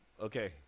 Okay